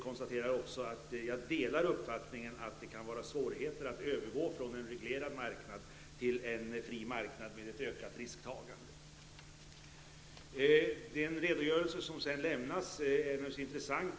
Jag delar uppfattningen att det kan vara svårigheter att övergå från en reglerad marknad till en fri marknad med ett ökat risktagande. Den redogörelse som statsrådet har lämnat är naturligtvis intressant.